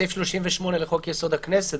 לפי סעיף 38 לחוק יסוד: הכנסת,